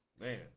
man